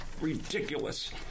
ridiculous